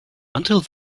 until